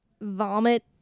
vomit